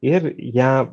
ir ją